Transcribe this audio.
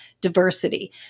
diversity